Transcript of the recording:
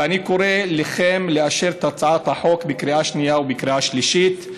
ואני קורא לכם לאשר את הצעת החוק בקריאה שנייה ובקריאה שלישית.